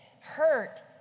Hurt